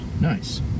Nice